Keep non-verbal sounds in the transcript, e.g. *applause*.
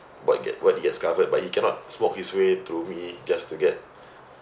but get what he has covered but he cannot smoke his way through me just to get *breath*